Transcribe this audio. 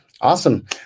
Awesome